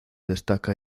destaca